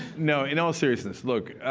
no, in all seriousness, look,